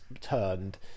turned